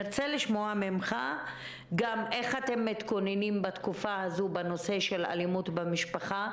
נרצה לשמוע ממך איך אתם מתכוננים בתקופה הזאת בנושא אלימות במשפחה.